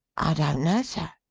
i don't know sir,